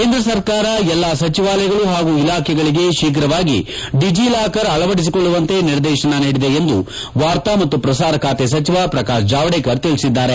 ಕೇಂದ್ರ ಸರ್ಕಾರ ಎಲ್ಲಾ ಸಚಿವಾಲಯಗಳು ಹಾಗೂ ಇಲಾಖೆಗಳಿಗೆ ಶೀಘವಾಗಿ ಡಿಜಿ ಲಾಕರ್ ಅಳವಡಿಸಿಕೊಳ್ಳುವಂತೆ ನಿರ್ದೇತನ ನೀಡಿದೆ ಎಂದು ವಾರ್ತಾ ಮತ್ತು ಪ್ರಸಾರ ಖಾತೆ ಸಚಿವ ಪ್ರಕಾಶ್ ಜಾವಡೇಕರ್ ತಿಳಿಸಿದ್ದಾರೆ